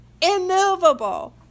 immovable